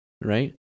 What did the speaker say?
right